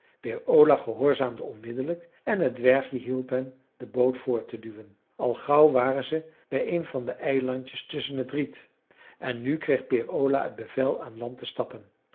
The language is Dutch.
ola gehoorzaamde onmiddellijk en het dwergje hielp hem de boot voort te duwen al gauw waren ze bij een van de eilandjes tusschen t riet en nu kreeg peer ola t bevel aan land te stappen